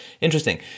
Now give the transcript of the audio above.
interesting